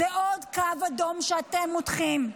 זה עוד קו אדום שאתם מותחים.